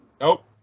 Nope